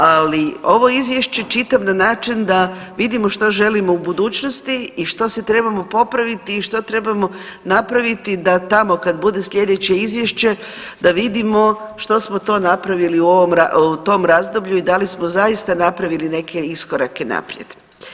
Ali ovo izvješće čitam na način da vidimo što želimo u budućnosti što sve trebamo popraviti i što trebamo napraviti da tamo kad bude slijedeće izvješće da vidimo što smo to napravili u ovom, u tom razdoblju i da li smo zaista napravili neke iskorake naprijed.